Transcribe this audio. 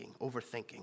overthinking